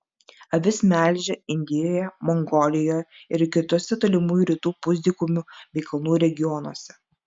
avis melžia indijoje mongolijoje ir kituose tolimųjų rytų pusdykumių bei kalnų regionuose